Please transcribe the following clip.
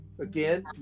again